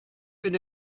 been